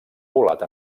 volat